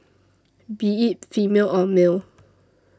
be it female or male